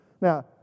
Now